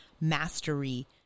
mastery